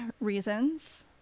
reasons